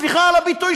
סליחה על הביטוי,